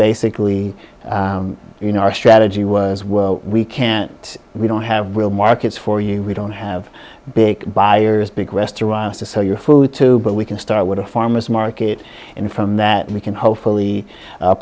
basically you know our strategy was well we can't we don't have real markets for you we don't have big buyers big restaurants to sell your food to but we can start with a farmer's market in from that we can hopefully